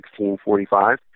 1645